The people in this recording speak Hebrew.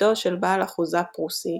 בתו של בעל אחוזה פרוסי,